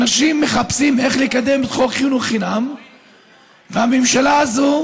אנשים מחפשים איך לקדם את חוק חינוך חינם והממשלה הזו